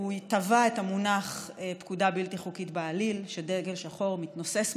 הוא טבע את המונח "פקודה בלתי חוקית בעליל שדגל שחור מתנוסס מעליה"